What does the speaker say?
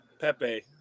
Pepe